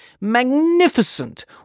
magnificent